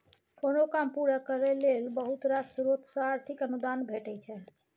कोनो काम पूरा करय लेल बहुत रास स्रोत सँ आर्थिक अनुदान भेटय छै